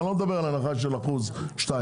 אני לא מדבר על הנחה של אחוז אחד-שתיים,